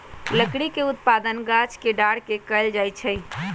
लकड़ी के उत्पादन गाछ के डार के कएल जाइ छइ